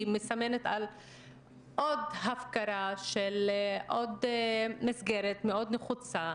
מסמנים עוד הפקרה של עוד מסגרת מאוד נחוצה,